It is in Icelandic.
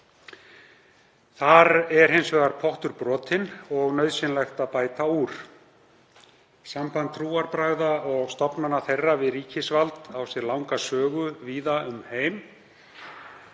Þar er hins vegar pottur brotinn og nauðsynlegt að bæta úr. Samband trúarbragða og stofnana þeirra við ríkisvald á sér langa sögu víða um heim